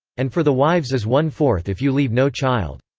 and for the wives is one fourth if you leave no child.